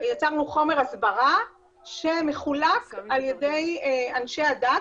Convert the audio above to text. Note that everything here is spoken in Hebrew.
יצרנו חומר הסברה שמחולק על ידי אנשי הדת